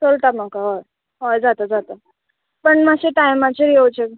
चलता म्हाका हय हय जाता जाता पण मातशे टायमाचेर येवचें